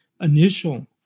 initial